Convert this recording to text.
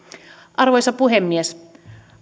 arvoisa puhemies